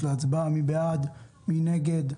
מי בעד, מי נגד.